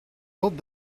hold